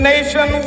nation